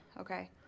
Okay